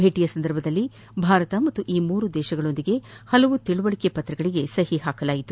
ಭೇಟಿಯ ಸಂದರ್ಭದಲ್ಲಿ ಭಾರತ ಹಾಗೂ ಈ ಮೂರು ದೇಶಗಳೊಂದಿಗೆ ಹಲವಾರು ತಿಳುವಳಿಕೆ ಪತ್ರಗಳಿಗೆ ಸಹಿ ಹಾಕಲಾಗಿದೆ